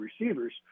receivers